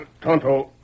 Tonto